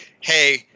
Hey